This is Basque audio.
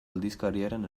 aldizkariaren